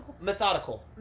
Methodical